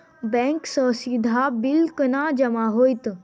Bank सँ सीधा bill केना जमा होइत?